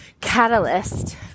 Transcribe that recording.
catalyst